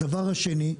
הדבר השני,